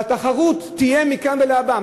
והתחרות תהיה מכאן ולהבא?